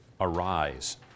arise